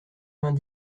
vingt